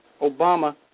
Obama